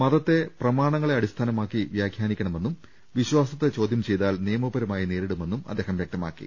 മതത്തെ പ്രമാണങ്ങളെ അടിസ്ഥാനമാക്കി വൃാഖൃാനിക്ക ണമെന്നും വിശ്വാസത്തെ ചോദ്യം ചെയ് താൽ നിയമപരമായി നേരിടുമെന്നും അദ്ദേഹം വ്യക്തമാക്കി